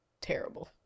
terrible